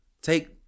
Take